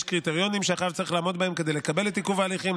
יש קריטריונים שהחייב צריך לעמוד בהם כדי לקבל את עיכוב ההליכים,